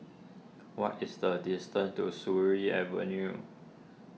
what is the distance to Surin Avenue